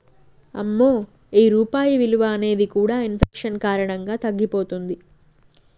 అమ్మో ఈ రూపాయి విలువ అనేది కూడా ఇన్ఫెక్షన్ కారణంగా తగ్గిపోతుంది